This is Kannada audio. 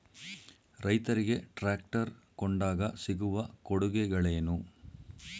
ರೈತರಿಗೆ ಟ್ರಾಕ್ಟರ್ ಕೊಂಡಾಗ ಸಿಗುವ ಕೊಡುಗೆಗಳೇನು?